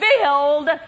filled